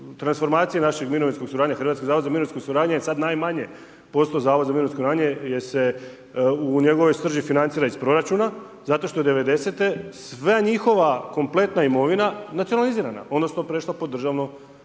transformaciji naše mirovinske suradnje, HZMO je sad najmanje postao zavod za mirovinsko osiguranje jer se u njegovoj srži financira iz proračuna zato što je 90-te sva njihova kompletna imovina nacionalizirana odnosno prešla pod državno